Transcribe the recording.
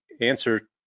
answer